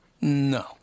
No